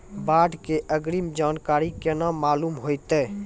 बाढ़ के अग्रिम जानकारी केना मालूम होइतै?